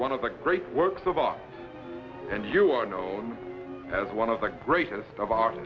one of the great works of art and you are known as one of the greatest of